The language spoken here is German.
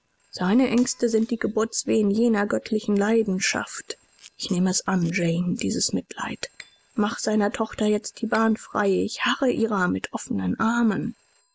seine ängste sind die geburtswehen jener göttlichen leidenschaft ich nehme es an jane dieses mitleid mach seiner tochter jetzt die bahn frei ich harre ihrer mit offenen armen